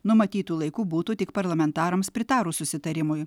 numatytu laiku būtų tik parlamentarams pritarus susitarimui